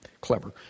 clever